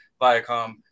Viacom